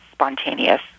spontaneous